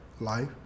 life